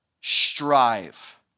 strive